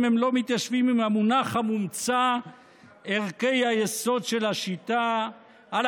אם הם לא מתיישבים עם המונח המומצא "ערכי היסוד של השיטה"; על